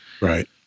Right